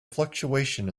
fluctuation